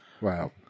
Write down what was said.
Wow